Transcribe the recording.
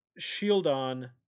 Shieldon